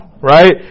Right